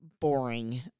boring